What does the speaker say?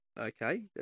Okay